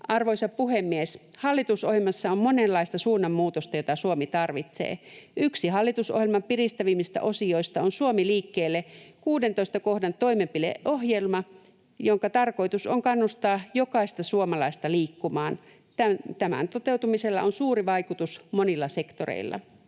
Arvoisa puhemies! Hallitusohjelmassa on monenlaista suunnanmuutosta, jota Suomi tarvitsee. Yksi hallitusohjelman piristävimmistä osioista on 16 kohdan Suomi liikkeelle ‑toimenpideohjelma, jonka tarkoitus on kannustaa jokaista suomalaista liikkumaan. Tämän toteutumisella on suuri vaikutus monilla sektoreilla.